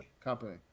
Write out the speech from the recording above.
Company